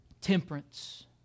temperance